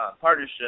partnership